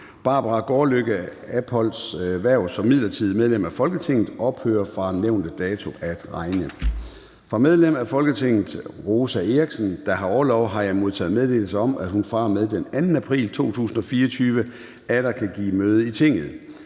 Barbara Gaardlykke Apols (JF) hverv som midlertidigt medlem af Folketinget ophører fra nævnte dato at regne. Fra medlem af Folketinget Rosa Eriksen (M), der har orlov, har jeg modtaget meddelelse om, at hun fra og med den 2. april 2024 atter kan give møde i Tinget.